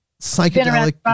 psychedelic